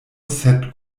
sed